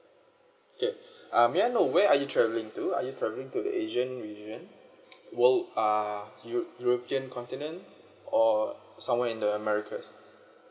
okay uh may I know where are you travelling to are you travelling to asian region world uh eu~ european continent or somewhere in the americas